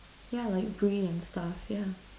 yeah like brie and stuff yeah